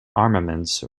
armaments